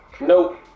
Nope